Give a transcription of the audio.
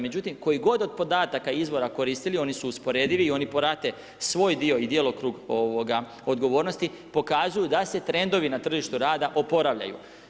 Međutim, koji god od podataka, izvora koristili oni su usporedivi i oni prate svoj dio i djelokrug odgovornosti pokazuju da se trendovi na tržištu rada oporavljaju.